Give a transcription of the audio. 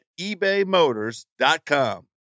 ebaymotors.com